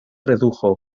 redujo